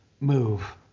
move